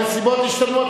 הנסיבות השתנו.